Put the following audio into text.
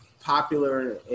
popular